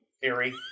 Theory